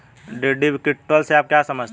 Deductible से आप क्या समझते हैं?